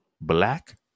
Black